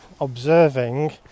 observing